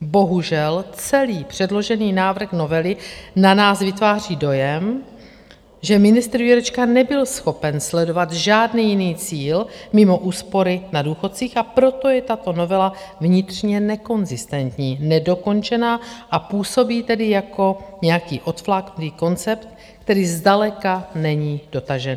Bohužel, celý předložený návrh novely na nás vytváří dojem, že ministr Jurečka nebyl schopen sledovat žádný jiný cíl mimo úspory na důchodcích, a proto je tato novela vnitřně nekonzistentní, nedokončená, a působí tedy jako nějaký odfláknutý koncept, který zdaleka není dotažený.